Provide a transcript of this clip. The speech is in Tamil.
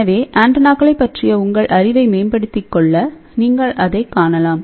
எனவே ஆண்டெனாக்களைப் பற்றிய உங்கள் அறிவை மேம்படுத்திக் கொள்ள நீங்கள் அதைக் காணலாம்